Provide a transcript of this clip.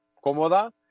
cómoda